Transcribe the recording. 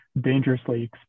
dangerously